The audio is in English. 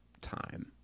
time